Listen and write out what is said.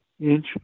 inch